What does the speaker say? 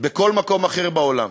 בכל מקום אחר בעולם.